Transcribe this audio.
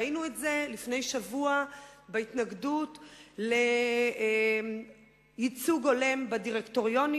ראינו את זה לפני שבוע בהתנגדות לייצוג הולם בדירקטוריונים